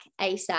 asap